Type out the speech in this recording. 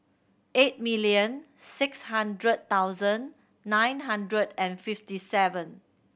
eight million six hundred thousand nine hundred and fifty seven